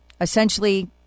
Essentially